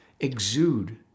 exude